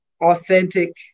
authentic